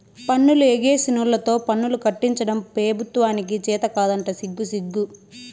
పన్నులు ఎగేసినోల్లతో పన్నులు కట్టించడం పెబుత్వానికి చేతకాదంట సిగ్గుసిగ్గు